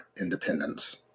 independence